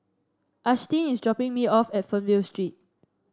Ashtyn is dropping me off at Fernvale Street